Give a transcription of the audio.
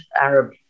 Arab